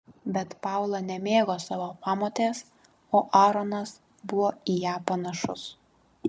bet paula nemėgo savo pamotės o aaronas buvo į ją panašus